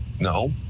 No